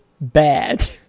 bad